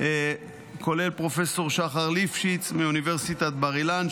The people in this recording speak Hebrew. כולל פרופ' שחר ליפשיץ מאוניברסיטת בר-אילן,